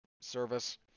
service